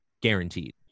guaranteed